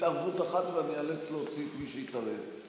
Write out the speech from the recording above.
התערבות אחת ואני איאלץ להוציא את מי שהתערב.